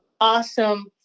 awesome